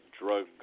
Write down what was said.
drug